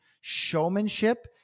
showmanship